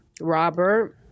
Robert